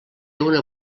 una